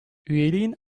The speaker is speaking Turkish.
üyeliğin